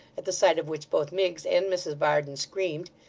at the sight of which both miggs and mrs varden screamed,